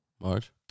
March